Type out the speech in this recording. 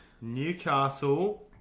Newcastle